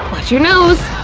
watch your nose!